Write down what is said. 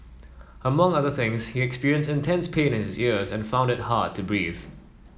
among other things he experienced intense pain in his ears and found it hard to breathe